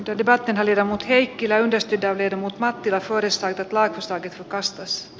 tyytyvätkö hermot heikkilä nosti toiveita mutta tilaisuudesta ja laitosta kastras